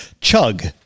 Chug